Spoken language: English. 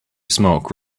smoke